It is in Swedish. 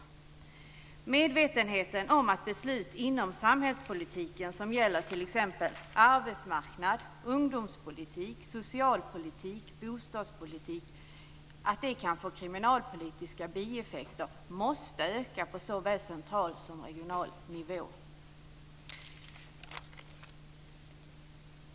Medvetenheten om att beslut inom samhällspolitiken som gäller t.ex. arbetsmarknad, ungdomspolitik, socialpolitik och bostadspolitik kan få kriminalpolitiska bieffekter måste öka på såväl central som regional nivå.